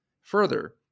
Further